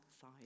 side